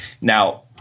Now